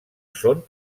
són